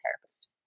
therapist